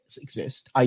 exist